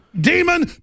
Demon